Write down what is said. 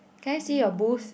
can I see your boost